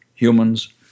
Humans